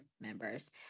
members